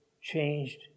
changed